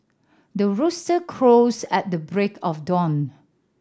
the rooster crows at the break of dawn